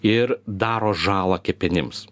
ir daro žalą kepenims